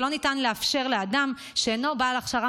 ולא ניתן לאפשר לאדם שאינו בעל הכשרה